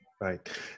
Right